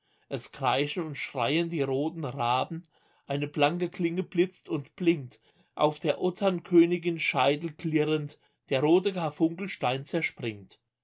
es kreischen und schreien die roten raben eine blanke klinge blitzt und blinkt auf der otternkönigin scheitel klirrend der rote karfunkelstein zerspringt